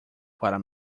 para